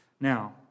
Now